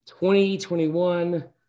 2021